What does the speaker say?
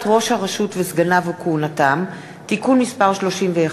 ראש הרשות וסגניו וכהונתם) (תיקון מס' 31)